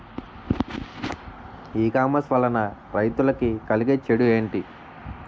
ఈ కామర్స్ వలన రైతులకి కలిగే చెడు ఎంటి?